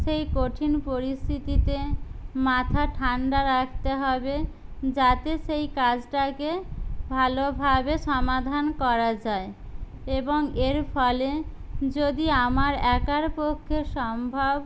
সেই কঠিন পরিস্থিতিতে মাথা ঠান্ডা রাখতে হবে যাতে সেই কাজটাকে ভালোভাবে সমাধান করা যায় এবং এর ফলে যদি আমার একার পক্ষে সম্ভব